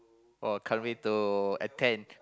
oh can't wait to attend